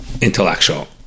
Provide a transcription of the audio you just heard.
intellectual